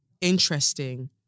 interesting